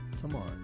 tomorrow